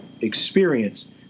experience